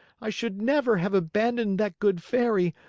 i should never have abandoned that good fairy,